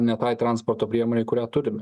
ne tai transporto priemonei kurią turime